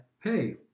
Hey